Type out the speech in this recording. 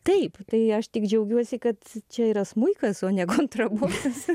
taip tai aš tik džiaugiuosi kad čia yra smuikas o ne kontrabosas